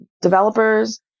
developers